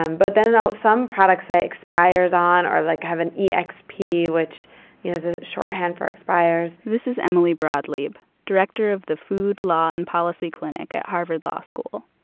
um but then some products say expires on or like have an e x p which you know is a shorthand for expires this is emily broad leib, director of the food law and policy clinic at harvard law school.